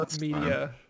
media